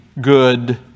good